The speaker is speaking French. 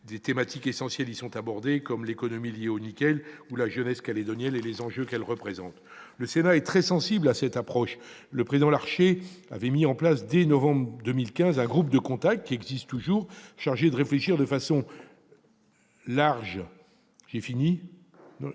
Des thématiques essentielles y sont abordées, comme l'économie liée au nickel ou la jeunesse calédonienne et les enjeux qu'elle représente. Le Sénat est très sensible à cette approche. Le président Larcher avait mis en place, dès novembre 2015, un groupe de contact, qui existe toujours, chargé de réfléchir de façon large à l'avenir